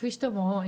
כפי שאתם רואים,